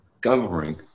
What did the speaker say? governing